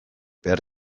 behar